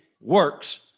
works